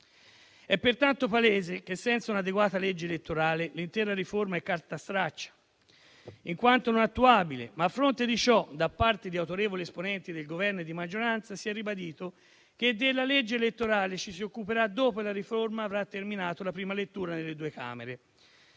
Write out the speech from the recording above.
È pertanto palese che senza un'adeguata legge elettorale l'intera riforma è carta straccia in quanto non attuabile. A fronte di ciò, da parte di autorevoli esponenti del Governo e della maggioranza si è ribadito che della legge elettorale ci si occuperà dopo che la riforma avrà terminato la prima lettura nelle due Camere.